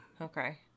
Okay